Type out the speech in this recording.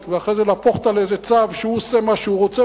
ואחרי זה להפוך אותה לצו שהוא עושה מה שהוא רוצה,